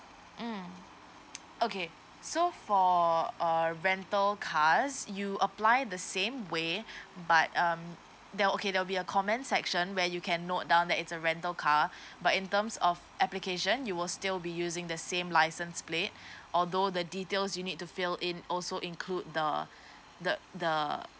mm okay so for uh rental cars you apply the same way but um there okay there'll be a comment section where you can note down that is a rental car but in terms of application you will still be using the same licence plate although the details you need to fill in also include the the the